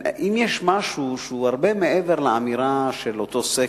אם יש משהו שהוא הרבה מעבר לאמירה של אותו סקר,